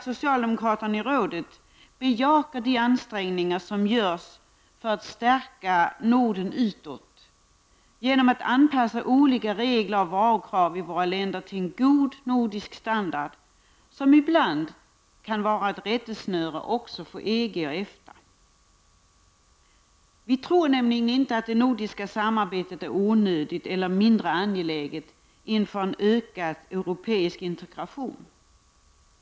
Socialdemokraterna i rådet bejakar de ansträngningar som görs för att stärka Norden utåt genom att anpassa olika regler och varukrav i våra länder till en god nordisk standard, som ibland kan vara rättesnöre även för EG och EFTA. Vi tror nämligen inte att det nordiska samarbetet är onödigt eller mindre angeläget inför en ökad europeisk integration.